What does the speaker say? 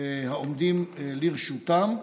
העומדים לרשותם.